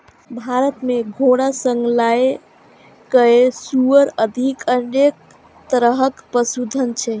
भारत मे घोड़ा सं लए कए सुअर धरि अनेक तरहक पशुधन छै